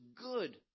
good